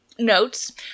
notes